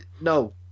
No